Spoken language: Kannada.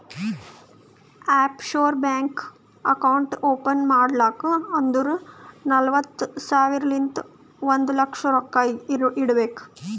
of sure bank account open ಮಾಡ್ಬೇಕ್ ಅಂದುರ್ ನಲ್ವತ್ತ್ ಸಾವಿರಲಿಂತ್ ಒಂದ್ ಲಕ್ಷ ರೊಕ್ಕಾ ಇಡಬೇಕ್